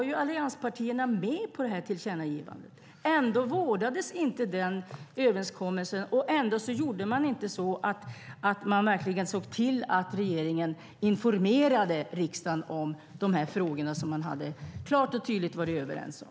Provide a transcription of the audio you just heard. Allianspartierna var ju med på tillkännagivandet förra året. Ändå vårdades inte den överenskommelsen. Ändå gjorde man inte så att man verkligen såg till att regeringen informerade riksdagen om de här frågorna som man klart och tydligt hade varit överens om.